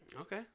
okay